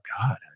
God